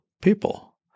people